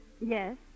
Yes